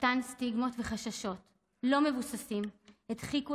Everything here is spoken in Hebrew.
אותם סטיגמות וחששות לא מבוססים הדחיקו